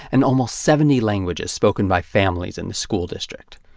and almost seventy languages spoken by families in the school district.